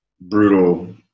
brutal